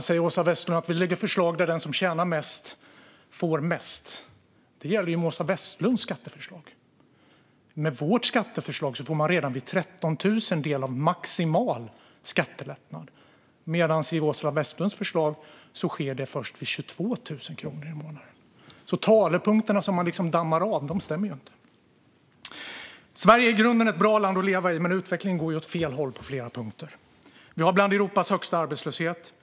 Åsa Westlund säger att vi lägger fram förslag där den som tjänar mest får mest. Det här gäller ju med Åsa Westlunds skatteförslag. Med vårt skatteförslag får man redan vid 13 000 del av maximal skattelättnad, medan det i Åsa Westlunds förslag sker först vid 22 000 kronor i månaden. De avdammade talepunkterna stämmer alltså inte. Sverige är i grunden ett bra land att leva i, men utvecklingen går åt fel håll på flera punkter. Vi hör till de länder i Europa som har högst arbetslöshet.